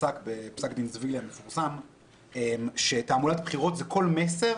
דין זווילי המפורסם שתעמולת בחירות זה כל מסר